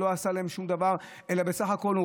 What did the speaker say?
שלא עשה להם שום דבר אלא בסך הכול הוא